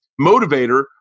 motivator